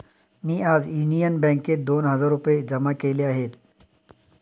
मी आज युनियन बँकेत दोन हजार रुपये जमा केले आहेत